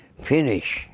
Finish